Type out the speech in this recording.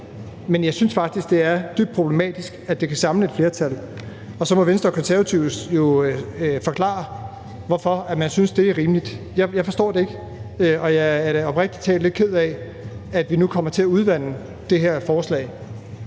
Men jeg synes faktisk, det er dybt problematisk, at det kan samle et flertal, og så må Venstre og Konservative jo forklare, hvorfor man synes, det er rimeligt. Jeg forstår det ikke, og jeg er oprigtig talt lidt ked af, at vi nu kommer til at udvande det her forslag,